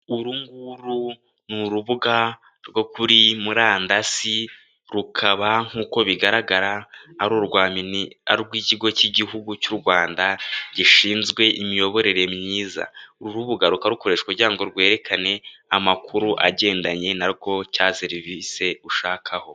Uru nguru ni urubuga rwo kuri murandasi, rukaba nk'uko bigaragara ari, urw'ikigo cy'gihugu cy'u Rwanda gishinzwe miyoborere myiza, uru rubuga rukaba rukoreshwa kugira ngo rwerekane, amakuru agendanye na rwo cyangwa serivise ushakaho.